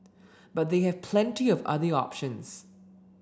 but they have plenty of other options